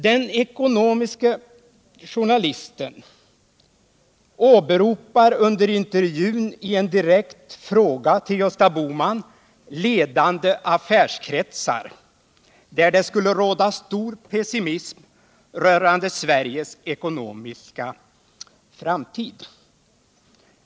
Den ekonomiska journalisten åberopar under intervjun i en direkt fråga till Gösta Bohman ”ledande affärskretsar”, där det skulle råda stor pessimism rörande Sveriges ekonomiska framtid.